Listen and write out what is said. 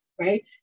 right